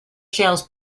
shells